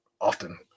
often